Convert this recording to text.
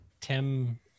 tim